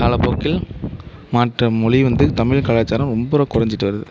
காலப்போக்கில் மற்ற மொழி வந்து தமிழ் கலாச்சாரம் ரொம்ப குறைஞ்சுட்டு வருது